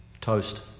Toast